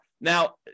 Now